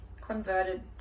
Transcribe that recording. converted